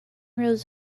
rows